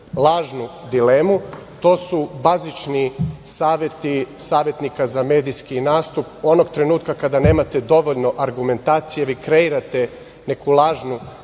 lažnu dilemu, to su bazični saveti savetnika za medijski nastup. Onog trenutka kad nemate dovoljno argumentacije, vi kreirate neku lažnu